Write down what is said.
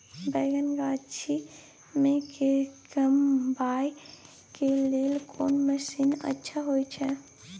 बैंगन गाछी में के कमबै के लेल कोन मसीन अच्छा होय छै?